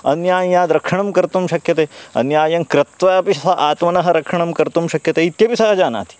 अन्यायाद् रक्षणं कर्तुं शक्यते अन्यायं कृत्वा अपि सः आत्मनः रक्षणं कर्तुं शक्यते इत्यपि सः जानाति